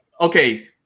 okay